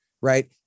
right